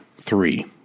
Three